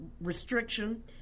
Restriction